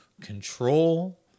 control